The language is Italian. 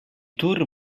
tour